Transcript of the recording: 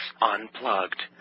Unplugged